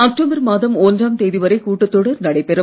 October மாதம் ஒன்றாம் தேதி வரை கூட்டத்தொடர் நடைபெறும்